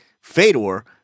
Fedor